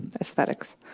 aesthetics